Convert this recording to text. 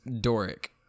Doric